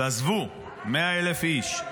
ועזבו 100,000 איש.